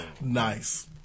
nice